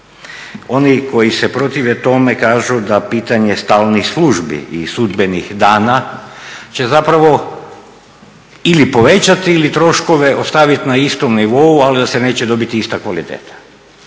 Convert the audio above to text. Oni koji se protive tome kažu da pitanje stalnih službi i sudbenih dana će zapravo ili povećati ili troškove ostaviti na istom nivou, ali da se neće dobiti ista kvaliteta